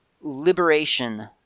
liberation